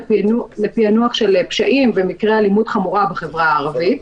לפענוח של פשעים ומקרי אלימות חמורה בחברה הערבית.